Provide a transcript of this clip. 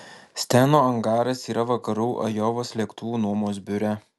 steno angaras yra vakarų ajovos lėktuvų nuomos biure